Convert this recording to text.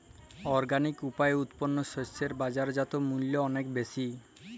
organic উপায়ে উৎপন্ন শস্য এর বাজারজাত মূল্য অনেক বেশি